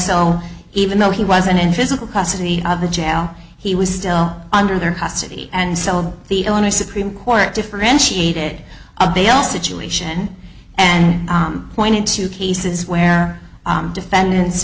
so even though he wasn't in physical custody of the jail he was still under their custody and so the illinois supreme court differentiated a bail situation and point in two cases where defendants